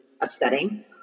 upsetting